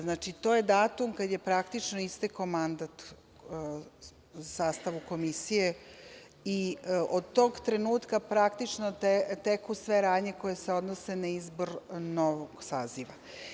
Znači, to je datum kada je istekao mandat sastavu komisije i od tog trenutka teku sve radnje koje se odnose na izbor novog saziva.